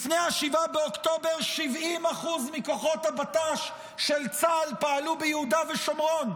לפני 7 באוקטובר 70% מכוחות הבט"ש של צה"ל פעלו ביהודה ושומרון.